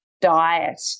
diet